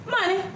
Money